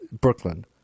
Brooklyn